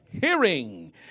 Hearing